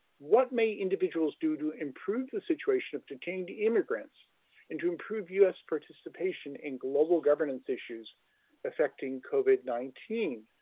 what may individuals do to improve the situation of detained immigrants and to improve us participation in global governance issues affecting covid nineteen?